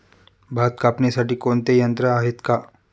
भात कापणीसाठी कोणते यंत्र आहेत का?